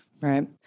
Right